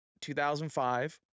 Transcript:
2005